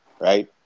right